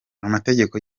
amategeko